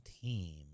team